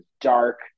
dark